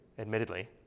admittedly